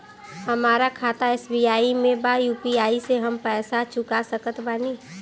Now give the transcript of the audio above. हमारा खाता एस.बी.आई में बा यू.पी.आई से हम पैसा चुका सकत बानी?